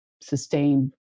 sustain